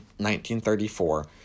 1934